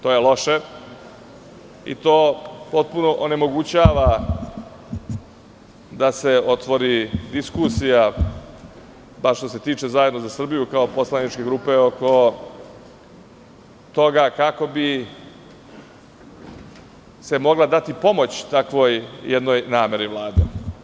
To je loše, i to potpuno onemogućava da se otvori diskusija, bar što se tiče poslaničke grupe Zajedno za Srbiju oko toga, kako bi se mogla dati pomoć takvoj jednoj nameri Vlade.